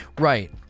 right